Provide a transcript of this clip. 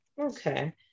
Okay